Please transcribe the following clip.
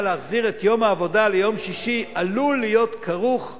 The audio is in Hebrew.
החזרת יום העבודה ליום שישי עלולה להיות כרוכה